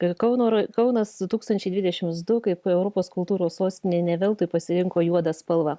i kauno ra kaunas du tūkstančiai dvidešimts du kaip europos kultūros sostinė ne veltui pasirinko juodą spalvą